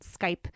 skype